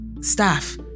staff